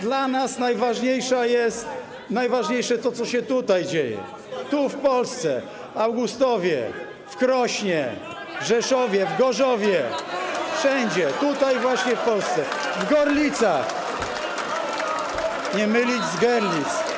Dla nas najważniejsze jest to, co się tutaj dzieje, tu, w Polsce, w Augustowie, w Krośnie, w Rzeszowie, w Gorzowie, wszędzie tutaj, właśnie w Polsce, w Gorlicach, nie mylić z Goerlitz.